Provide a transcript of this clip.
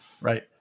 right